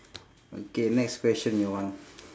okay next question your one